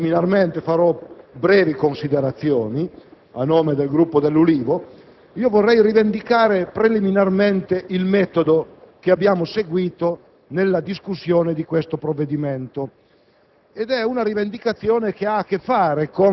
Vorrei rivendicare preliminarmente - farò brevi considerazioni a nome del Gruppo dell'Ulivo - il metodo che abbiamo seguito nella discussione del provvedimento.